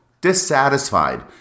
dissatisfied